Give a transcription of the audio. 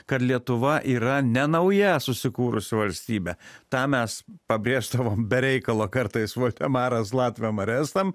kad lietuva yra ne nauja susikūrusi valstybė tą mes pabrėždavom be reikalo kartais voldemaras latviam ar estam